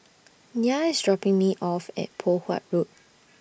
Nyah IS dropping Me off At Poh Huat Road